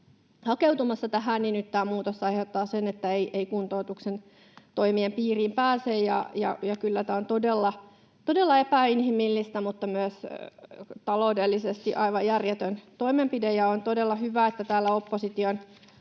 hakeutumassa tähän, niin nyt tämä muutos aiheuttaa sen, että ei kuntoutuksen toimien piiriin pääse. Kyllä tämä on todella epäinhimillistä mutta myös taloudellisesti aivan järjetön toimenpide. On todella hyvä, että täällä opposition